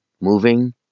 moving